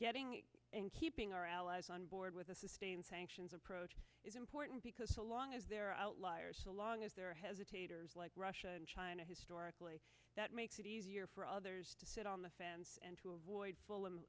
getting and keeping our allies on board with a sustained sanctions approach is important because so long as there are outliers so long as there hesitate or like russia and china historically that makes it easier for others to sit on the fence and to avoid full